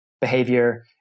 behavior